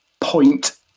point